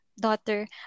daughter